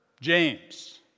James